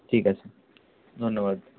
ঠিক আছে ধন্যবাদ